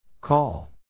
call